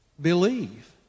believe